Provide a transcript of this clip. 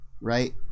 Right